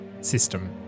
system